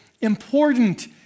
important